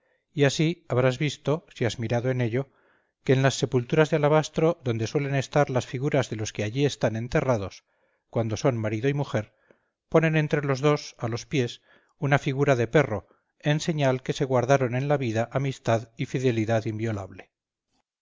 y así habrás visto si has mirado en ello que en las sepulturas de alabastro donde suelen estar las figuras de los que allí están enterrados cuando son marido y mujer ponen entre los dos a los pies una figura de perro en señal que se guardaron en la vida amistad y fidelidad inviolable